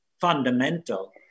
fundamental